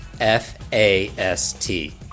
F-A-S-T